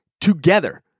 together